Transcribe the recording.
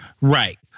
right